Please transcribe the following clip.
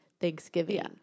Thanksgiving